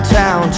town